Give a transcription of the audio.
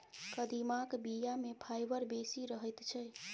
कदीमाक बीया मे फाइबर बेसी रहैत छै